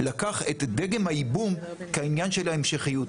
לקח את דגם הייבום כעניין של ההמשכיות.